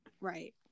right